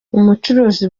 umucuruzi